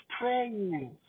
praying